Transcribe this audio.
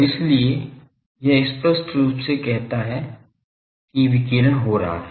और इसलिए यह स्पष्ट रूप से कहता है कि विकिरण हो रहा है